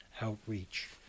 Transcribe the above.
outreach